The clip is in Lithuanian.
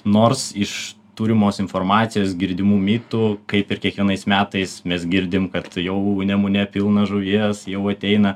nors iš turimos informacijos girdimų mitų kaip ir kiekvienais metais mes girdim kad jau nemune pilna žuvies jau ateina